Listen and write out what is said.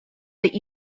that